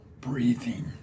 breathing